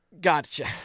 Gotcha